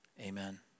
amen